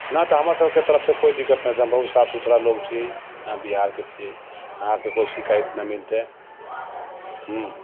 ना तऽ हमरा सबके तरफ से कोइ दिक्कत ना छै हम बहुत साफ सुथरा लोग छी बिहार के छियै आहाँके कोइ इशिकायत ना मिलते